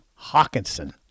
Hawkinson